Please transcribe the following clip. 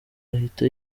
ahita